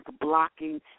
blocking